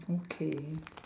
okay